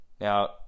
Now